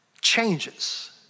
changes